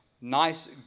nice